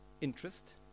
interest